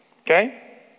Okay